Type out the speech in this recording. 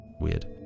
weird